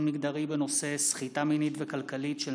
מגדרי בעקבות דיון מהיר בהצעתן של